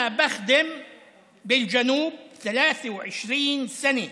אני משרת בדרום 23 שנה,